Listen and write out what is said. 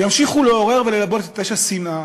וימשיכו לעורר וללבות את אש השנאה,